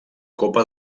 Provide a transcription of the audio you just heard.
copa